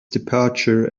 departure